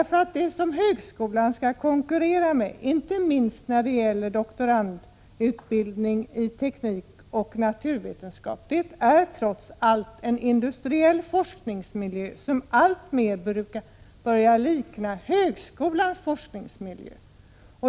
För högskolan skall när det gäller doktorandutbildning, speciellt i teknik och naturvetenskap, konkurrera med en industriell forskningsmiljö som alltmer börjar likna högskolans forskningsmiljö.